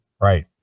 Right